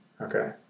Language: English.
Okay